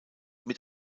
mit